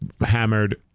hammered